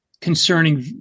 concerning